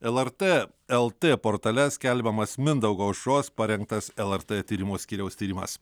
lrt lt portale skelbiamas mindaugo aušros parengtas lrt tyrimų skyriaus tyrimas